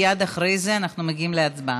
מייד אחרי זה אנחנו מגיעים להצבעה.